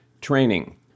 training